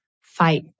fight